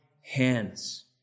hands